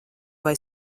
vai